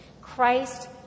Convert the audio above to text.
Christ